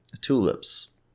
Tulips